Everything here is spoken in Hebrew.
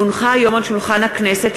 כי הונחו היום על שולחן הכנסת,